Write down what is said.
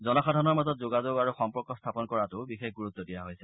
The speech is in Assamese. জনসাধাৰণৰ মাজত যোগাযোগ আৰু সম্পৰ্ক স্থাপন কৰাতো বিশেষ গুৰুত্ব দিয়া হৈছে